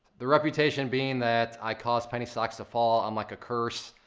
the reputation being that i cause penny stocks to fall, i'm like a curse.